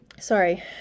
sorry